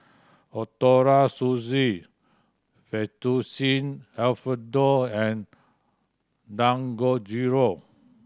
Ootoro Sushi Fettuccine Alfredo and Dangojiru